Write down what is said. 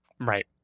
right